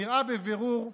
נראה בבירור,